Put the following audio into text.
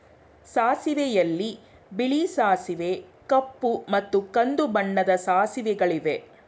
ಸಾಸಿವೆಯಲ್ಲಿ ಬಿಳಿ ಸಾಸಿವೆ ಕಪ್ಪು ಮತ್ತು ಕಂದು ಬಣ್ಣದ ಸಾಸಿವೆಗಳಿವೆ